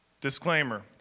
disclaimer